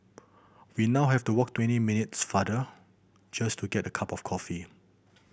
we now have to walk twenty minutes farther just to get a cup of coffee